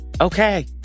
Okay